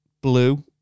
Blue